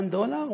one dollar,